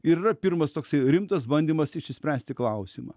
ir yra pirmas toksai rimtas bandymas išsispręsti klausimą